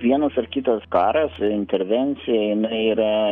vienas ar kitas karas intervencija jinai yra